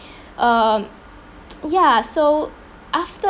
um ya so after